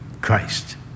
Christ